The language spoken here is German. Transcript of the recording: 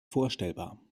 vorstellbar